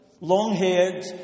long-haired